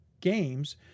games